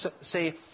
Say